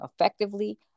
effectively